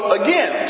again